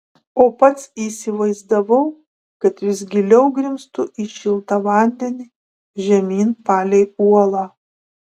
o pats įsivaizdavau kad vis giliau grimztu į šiltą vandenį žemyn palei uolą